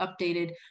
updated